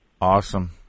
Awesome